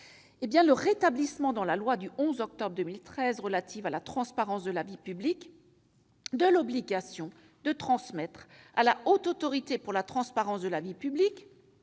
le rétablissement, dans la loi du 11 octobre 2013 relative à la transparence de la vie publique, de l'obligation de transmettre à la Haute Autorité pour la transparence de la vie publique,